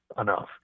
enough